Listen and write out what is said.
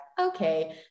okay